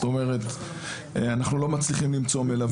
זאת אומרת, אנחנו לא מצליחים למצוא מלווים.